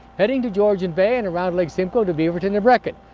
heading to georgian bay and around lake simcoe, to beaverton and breckon.